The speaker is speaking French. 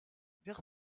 vers